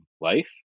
life